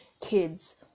kids